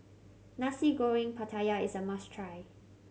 Nasi Goreng Pattaya is a must try